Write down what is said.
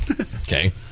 okay